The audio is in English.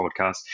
podcast